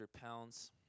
pounds